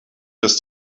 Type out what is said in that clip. das